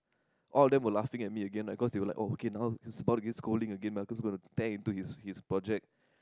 all of them were laughing at me again like cause they were like oh okay now he's about to get scolding again lah cause he's gonna tear into his his project